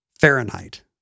Fahrenheit